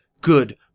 good